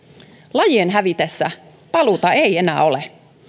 lajien hävitessä paluuta ei enää ole